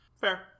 Fair